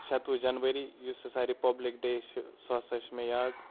شَتہٕ وُہ جَنؤری یُس ہَسا رِپَبلِک ڈے چھِ سُہ ہَسا چھِ مےٚ یاد